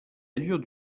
allures